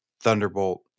thunderbolt